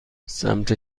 سمت